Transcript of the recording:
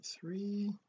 three